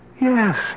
Yes